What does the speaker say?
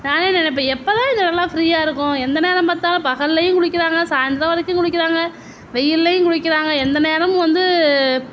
நானே நினைப்பேன் எப்போ தான் இந்த இடல்லாம் ஃப்ரீயாக இருக்கும் எந்த நேரம் பார்த்தாலும் பகல்லையும் குளிக்கிறாங்க சாய்ந்தரம் வரைக்கும் குளிக்கிறாங்க வெயில்லையும் குளிக்கிறாங்க எந்த நேரமும் வந்து